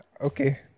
Okay